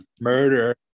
Murder